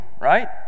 right